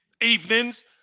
evenings